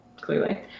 clearly